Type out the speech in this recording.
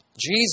Jesus